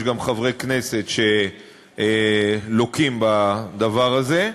יש גם חברי כנסת שלוקים בדבר הזה,